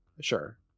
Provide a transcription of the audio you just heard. sure